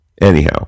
anyhow